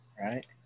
right